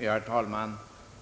Herr talman!